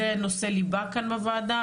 זה נושא ליבה כאן בוועדה,